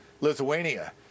Lithuania